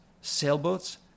sailboats